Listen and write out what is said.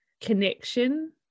connection